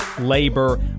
Labor